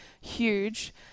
huge